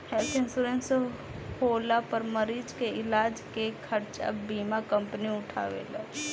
health insurance होला पर मरीज के इलाज के खर्चा बीमा कंपनी उठावेले